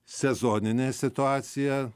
sezoninė situacija